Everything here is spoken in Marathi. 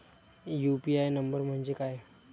यु.पी.आय नंबर म्हणजे काय?